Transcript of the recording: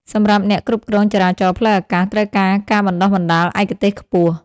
សម្រាប់អ្នកគ្រប់គ្រងចរាចរណ៍ផ្លូវអាកាស ត្រូវការការបណ្ដុះបណ្ដាលឯកទេសខ្ពស់។